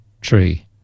tree